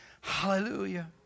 hallelujah